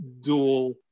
dual